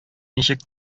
ничек